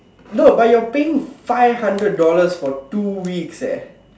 no but you're paying five hundred dollars for two weeks eh